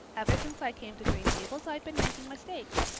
ever since i came to green gables i've been making mistakes,